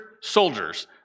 soldiers